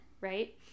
right